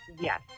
Yes